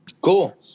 Cool